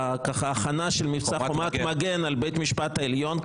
בהכנה של מבצע חומת מגן על בית המשפט העליון,